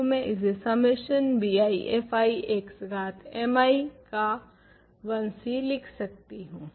तो मैं इसे सम्मेशन bifi x घात mi का 1c लिख सकती हूँ